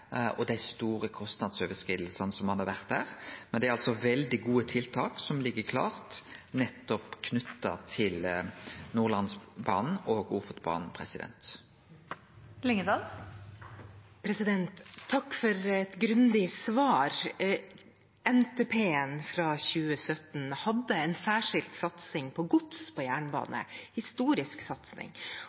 og dei store kostnadsoverskridingane som har vore der. Men det er altså veldig gode tiltak som ligg klare, nettopp knytt til Nordlandsbanen og Ofotbanen. Takk for et grundig svar. NTP-en fra 2017 hadde en særskilt satsing på gods på jernbane – en historisk satsing.